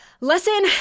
lesson